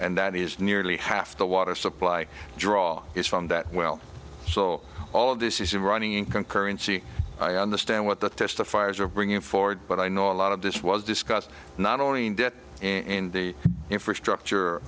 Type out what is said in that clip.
and that is nearly half the water supply draw is from that well so all of this isn't running in concurrency i understand what the testifiers are bringing forward but i know a lot of this was discussed not only in the infrastructure